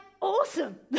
awesome